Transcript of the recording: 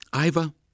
Iva